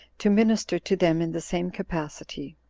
to minister to them in the same capacity.